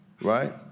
right